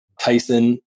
Tyson